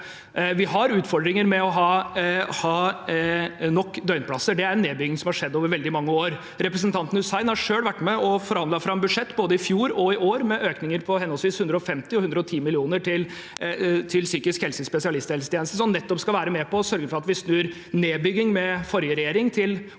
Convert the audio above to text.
Vi har utfordringer med å ha nok døgnplasser, og det er en nedbygging som har skjedd over veldig mange år. Representanten Hussein har selv vært med og forhandlet fram budsjetter, både i fjor og i år, med økninger på henholdsvis 150 mill. kr og 110 mill. kr til psykisk helse i spesialisthelsetjenesten, som nettopp skal være med på å sørge for at vi snur nedbygging med forrige regjering til